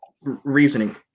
reasoning